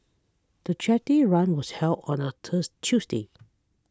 the charity run was held on a thirst Tuesday